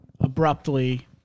Abruptly